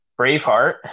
Braveheart